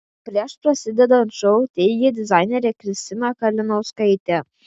prieš prasidedant šou teigė dizainerė kristina kalinauskaitė